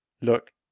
Look